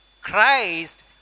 Christ